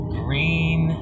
green